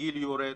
הגיל יורד,